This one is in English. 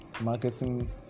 marketing